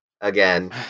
again